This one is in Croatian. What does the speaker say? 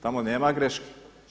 Tamo nema greške.